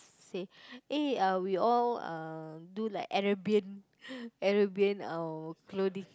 say eh uh we all uh do like Arabian Arabian uh clothing